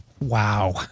wow